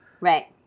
Right